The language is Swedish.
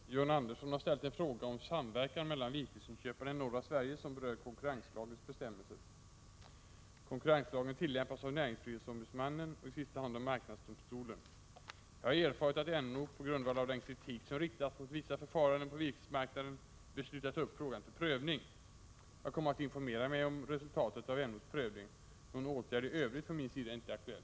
Herr talman! John Andersson har ställt en fråga om samverkan mellan virkesinköparna i norra Sverige som berör konkurrenslagens bestämmelser. Konkurrenslagen tillämpas av näringsfrihetsombudsmannen och i sista hand av marknadsdomstolen. Jag har erfarit att NO, på grundval av den kritik som riktas mot vissa förfaranden på virkesmarknaden, beslutat ta upp frågan till prövning. Jag kommer att informera mig om resultatet av NO:s prövning. Någon åtgärd i övrigt från min sida är inte aktuell.